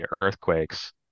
earthquakes